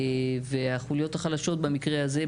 החוליות החלשות במקרה הזה,